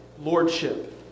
lordship